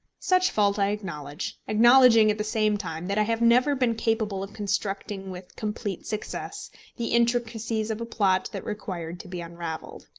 such fault i acknowledge acknowledging at the same time that i have never been capable of constructing with complete success the intricacies of a plot that required to be unravelled.